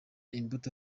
imbuto